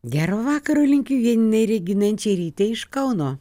gero vakaro linkiu janinai reginai inčierytei iš kauno